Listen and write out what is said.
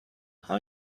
how